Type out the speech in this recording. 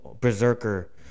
Berserker